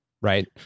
Right